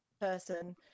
person